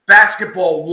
basketball